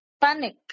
panic